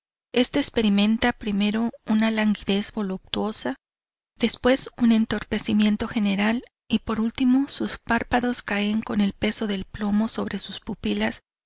este experimenta primero una languidez voluptuosa después un entorpecimiento general y por ultimo sus párpados caen con el peso del plomo sobre sus pupilas